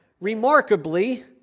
remarkably